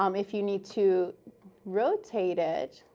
um if you need to rotate it,